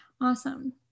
Awesome